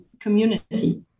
community